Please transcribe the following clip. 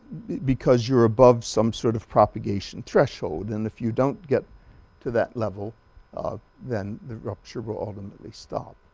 because you're above some sort of propagation threshold and if you don't get to that level then the rupture will ultimately stop